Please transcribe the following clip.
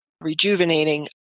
rejuvenating